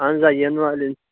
اَہَن حظ آ ینہٕ والٮ۪ن